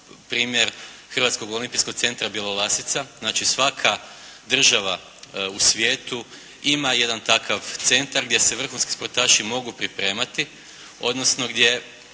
primjer Hrvatskog olimpijskog centra Bjelolasica. Znači, svaka država u svijetu ima jedan takav centar gdje se vrhunski sportaši mogu pripremati, odnosno gdje